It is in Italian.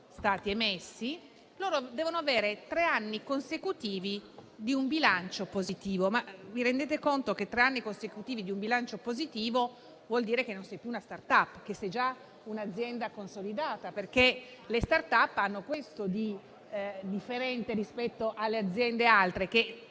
stati emessi - devono avere tre anni consecutivi di bilancio positivo. Vi rendete conto che tre anni consecutivi di un bilancio positivo vogliono dire che non sei più una *start-up*, ma sei già un'azienda consolidata? Le *start-up* hanno questo di differente rispetto alle altre